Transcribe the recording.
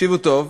תקשיבו טוב,